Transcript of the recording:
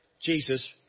Jesus